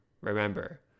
Remember